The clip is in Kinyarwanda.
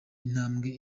intambwe